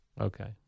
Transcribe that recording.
Okay